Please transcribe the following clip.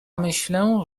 myślę